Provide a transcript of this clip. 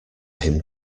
him